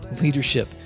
leadership